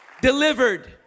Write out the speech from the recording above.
delivered